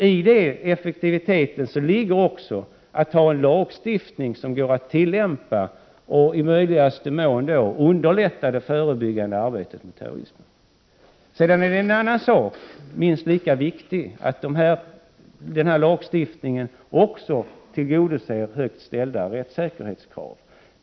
I det ligger också att ha en lagstiftning, som går att tillämpa och som i möjligaste mån underlättar det förebyggande arbetet mot terrorism. Sedan är det en annan sak — det är minst lika viktigt — att lagstiftningen också bör tillgodose högt ställda rättssäkerhetskrav.